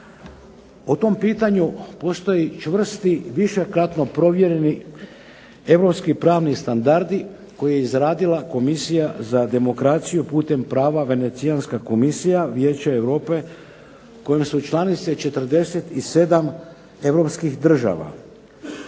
O tom pitanju postoje čvrsti, višekratno provjereni europski pravni standardi koje je izradila Komisija za demokraciju putem prava, Venecijanska komisija Vijeća Europe kojem su članice 47 europskih država.